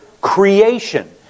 creation